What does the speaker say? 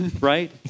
Right